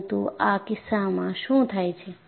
પરંતુ આ કિસ્સામાં શું થાય છે